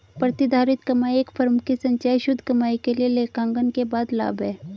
प्रतिधारित कमाई एक फर्म की संचयी शुद्ध कमाई के लिए लेखांकन के बाद लाभ है